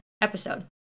episode